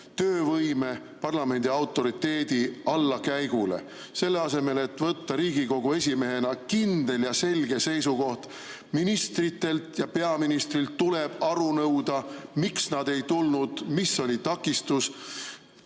töövõime, parlamendi autoriteedi allakäigule. Selle asemel, et võtta Riigikogu esimehena kindel ja selge seisukoht, et ministritelt ja peaministrilt tuleb aru nõuda, miks nad ei tulnud ja mis oli takistus,